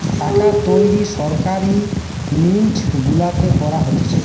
টাকা তৈরী সরকারি মিন্ট গুলাতে করা হতিছে